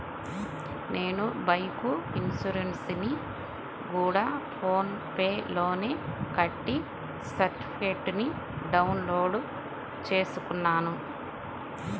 నేను బైకు ఇన్సురెన్సుని గూడా ఫోన్ పే లోనే కట్టి సర్టిఫికేట్టుని డౌన్ లోడు చేసుకున్నాను